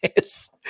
Yes